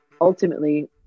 ultimately